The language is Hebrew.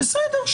בסדר,